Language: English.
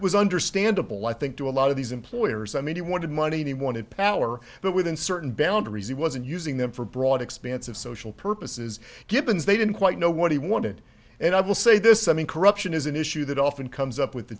was understandable i think to a lot of these employers i mean he wanted money and he wanted power but within certain boundaries he wasn't using them for broad expanse of social purposes gibbons they didn't quite know what he wanted and i will say this i mean corruption is an issue that often comes up with the